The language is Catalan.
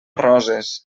roses